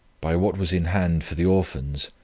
by what was in hand for the orphans,